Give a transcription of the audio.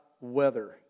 weather